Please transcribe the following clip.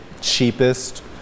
cheapest